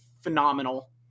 phenomenal